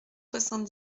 soixante